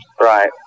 Right